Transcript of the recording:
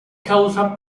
causa